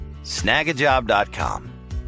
snagajob.com